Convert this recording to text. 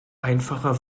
einfacher